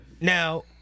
Now